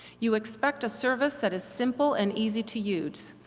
you expect a service that is simple and easy to use.